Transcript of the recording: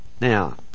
Now